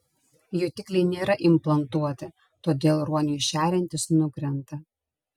jutikliai nėra implantuoti todėl ruoniui šeriantis nukrenta